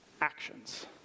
actions